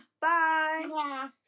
Bye